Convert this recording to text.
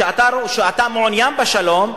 שאתה מעוניין בשלום,